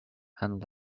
and